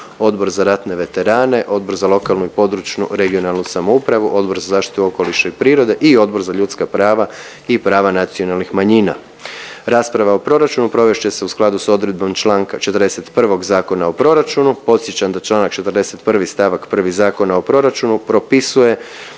Odbor za ratne veterane, Odbor za lokalnu i područnu (regionalnu) samoupravu, Odbor za zaštitu okoliša i prirode i Odbor za ljudska prava i prava nacionalnih manjina. Rasprava o proračunu provest će se u skladu s odredbom čl. 41. Zakona o proračunu. Podsjećam da čl. 41. st. 1. Zakona o proračunu propisuje